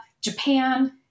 Japan